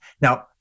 now